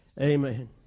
Amen